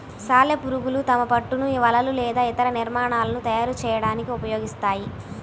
సాలెపురుగులు తమ పట్టును వలలు లేదా ఇతర నిర్మాణాలను తయారు చేయడానికి ఉపయోగిస్తాయి